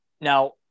Now